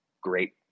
great